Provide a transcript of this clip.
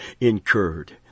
incurred